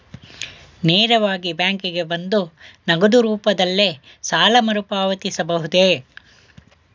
ನೇರವಾಗಿ ಬ್ಯಾಂಕಿಗೆ ಬಂದು ನಗದು ರೂಪದಲ್ಲೇ ಸಾಲ ಮರುಪಾವತಿಸಬಹುದೇ?